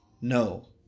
No